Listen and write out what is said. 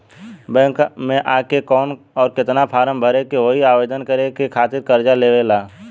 Bank मे आ के कौन और केतना फारम भरे के होयी आवेदन करे के खातिर कर्जा लेवे ला?